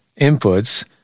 inputs